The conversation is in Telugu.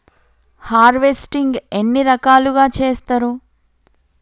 హార్వెస్టింగ్ ఎన్ని రకాలుగా చేస్తరు?